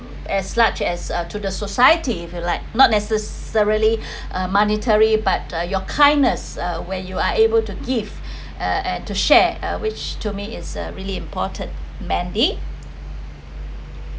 as such as uh to the society if you like not necessarily uh monetary but uh your kindness uh where you are able to give uh and to share uh which to me is uh really important mandy